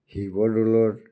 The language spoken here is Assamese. শিৱদৌলত